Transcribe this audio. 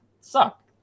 suck